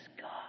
God